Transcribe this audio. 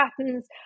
patterns